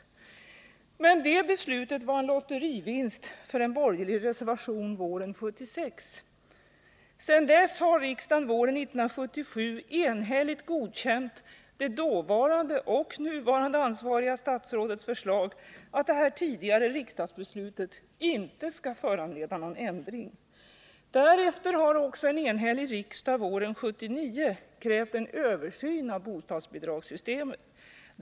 Det beslutet var en lotterivinst för en borgerlig reservation våren 1976. Sedan dess har riksdagen våren 1977 enhälligt godkänt det dåvarande och nuvarande ansvariga statsrådets förslag att detta tidigare riksdagsbeslut inte skulle föranleda någon ändring. Därefter har en enhällig riksdag våren 1979 krävt en översyn av bostadsbidragssystemet.